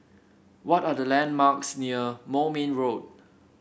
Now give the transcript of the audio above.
what are the landmarks near Moulmein Road